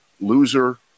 loser